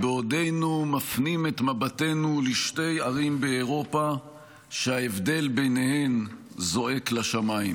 בעודנו מפנים את מבטינו לשתי ערים באירופה שההבדל ביניהן זועק לשמיים,